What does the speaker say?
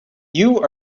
you